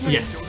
Yes